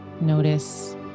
Notice